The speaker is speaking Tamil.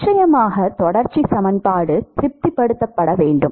நிச்சயமாக தொடர்ச்சி சமன்பாடு திருப்திப்படுத்தப்பட வேண்டும்